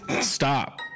stop